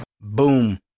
Boom